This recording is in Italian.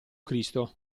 cristo